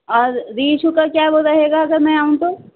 اور reissue کا کیا وہ رہے گا اگر میں آؤں تو